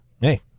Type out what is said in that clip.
hey